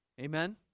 Amen